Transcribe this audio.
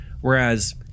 whereas